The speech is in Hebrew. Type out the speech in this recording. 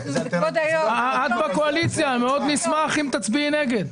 את בקואליציה ואנחנו נשמח מאוד אם תצביעי נגד.